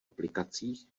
aplikacích